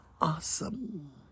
awesome